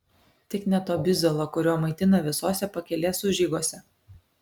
tik ne to bizalo kuriuo maitina visose pakelės užeigose